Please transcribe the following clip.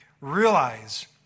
realize